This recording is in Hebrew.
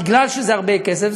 מכיוון שזה הרבה כסף,